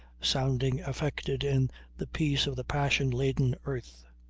sounding affected in the peace of the passion-laden earth.